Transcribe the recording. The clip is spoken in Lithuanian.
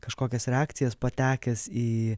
kažkokias reakcijas patekęs į